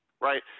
right